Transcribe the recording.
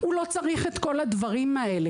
הוא לא צריך את כל הדברים האלה.